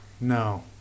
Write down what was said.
No